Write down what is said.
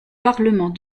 parlement